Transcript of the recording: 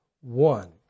one